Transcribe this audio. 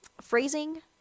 phrasing